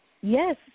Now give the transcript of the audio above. Yes